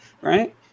Right